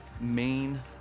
main